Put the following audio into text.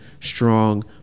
strong